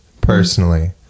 personally